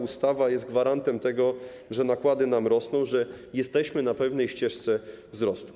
Ustawa jest gwarantem tego, że nakłady nam rosną, że jesteśmy na pewnej ścieżce wzrostu.